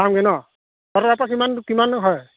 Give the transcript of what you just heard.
পামগৈ ন' তহঁতৰ তাৰপৰা কিমান কিমান দূৰ হয়